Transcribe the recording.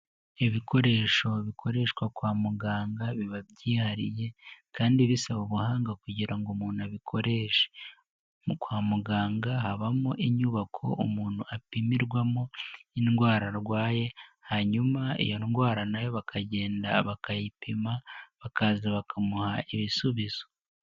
Ibikoresho bikoreshwa kwa muganga biba byihariye kandi bisaba ubuhanga kugira ngo umuntu abikoreshe, kwa muganga habamo inyubako umuntu apimirwamo indwara arwaye hanyuma iyo ndwara nayo bakagenda bakayipima bakaza bakamuha ibisubizo.